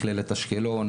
מכללת אשקלון,